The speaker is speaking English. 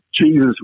Jesus